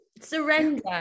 Surrender